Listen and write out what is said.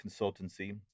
Consultancy